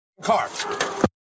car